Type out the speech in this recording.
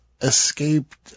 escaped